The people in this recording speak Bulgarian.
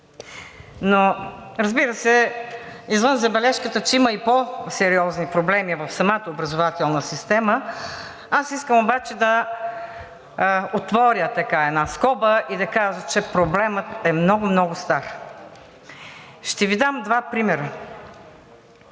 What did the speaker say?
Разбира се, извън забележката, че има и по сериозни проблеми в самата образователна система, аз искам да отворя една скоба и да кажа, че проблемът е много, много стар. Ще Ви дам два примера.